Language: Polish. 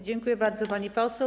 Dziękuję bardzo, pani poseł.